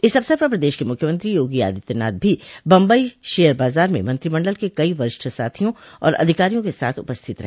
इस अवसर पर प्रदेश के मुख्यमंत्री योगी आदित्यनाथ भी बंबई शेयर बाजार में मंत्रिमंडल के कई वरिष्ठ साथियों और अधिकारियों के साथ उपस्थित रहे